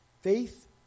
Faith